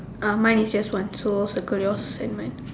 ah mine is just one so circle yours and mine